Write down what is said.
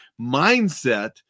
mindset